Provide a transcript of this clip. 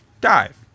Dive